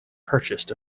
purchased